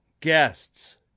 guests